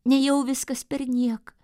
nejau viskas perniek